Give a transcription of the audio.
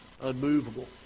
unmovable